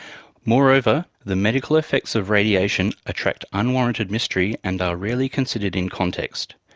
moreover, the medical effects of radiation attract unwarranted mystery and are rarely considered in context.